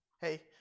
Hey